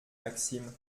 maxime